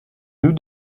nous